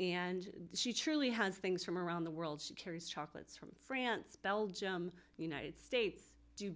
and she truly has things from around the world she carries chocolates from france belgium united states d